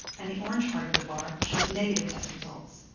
and the orange part of the bar shows negative test results.